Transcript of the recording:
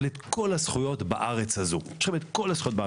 אבל כל הזכויות בארץ הזו,